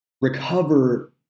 recover